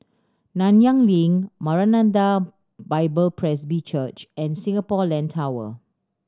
Nanyang Link Maranatha Bible Presby Church and Singapore Land Tower